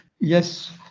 yes